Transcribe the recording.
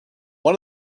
one